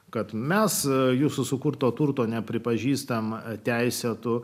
kad mes jūsų sukurto turto nepripažįstama teisėtu